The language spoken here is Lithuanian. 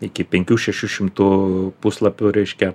iki penkių šešių šimtų puslapių reiškia